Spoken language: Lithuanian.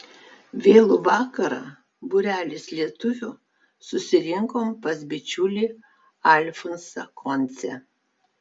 vėlų vakarą būrelis lietuvių susirinkom pas bičiulį alfonsą koncę